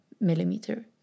millimeter